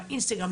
באינסטגרם,